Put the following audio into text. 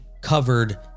covered